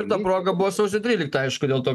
ir ta proga buvo sausio trylikta aišku dėl to